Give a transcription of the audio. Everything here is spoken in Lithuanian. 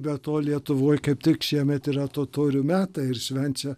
be to lietuvoj kaip tik šiemet yra totorių metai ir švenčia